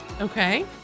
Okay